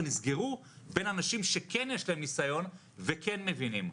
נסגרו בין אנשים שכן יש להם ניסיון וכן מבינים?